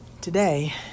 Today